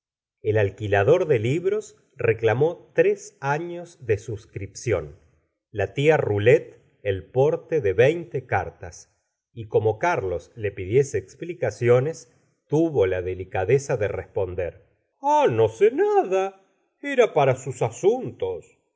el alquilador de libros reclamó tres años de suscripción la tia rolet el porte de veinte cartas y como carlos le pidiese explicaciones tuvo la delicadeza de responder ah no sé nada era para sus asuntos